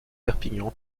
perpignan